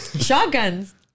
shotguns